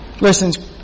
Listen